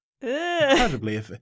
Incredibly